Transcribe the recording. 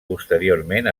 posteriorment